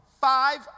Five